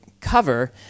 cover